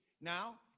Now